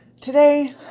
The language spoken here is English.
today